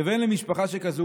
כבן למשפחה שכזאת,